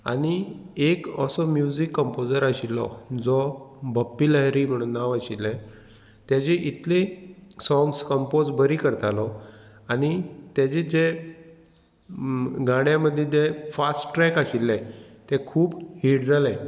आनी एक असो म्युजीक कंपोजर आशिल्लो जो बप्पी लहरी म्हणून नांव आशिल्लें तेजी इतले सोंग्स कंपोज बरी करतालो आनी तेजे जे गाण्या मदीं जे फास्ट ट्रॅक आशिल्ले ते खूब हीट जाले